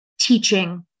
teaching